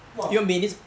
!wah!